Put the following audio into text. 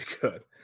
good